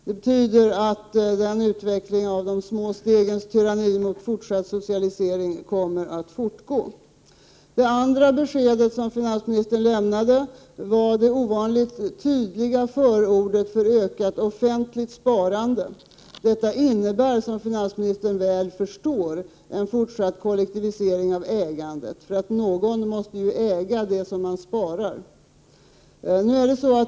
Det betyder att en utveckling av de små stegens tyranni mot fortsatt socialisering kommer att fortgå. Det andra beskedet som finansministern lämnade var det ovanligt tydliga förordet för ökat offentligt sparande. Detta innebär, som finansministern väl förstår, en fortsatt kollektivisering av ägandet, eftersom någon måste äga det som människor spar.